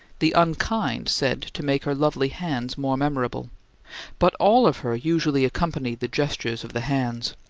the unkind said to make her lovely hands more memorable but all of her usually accompanied the gestures of the hands,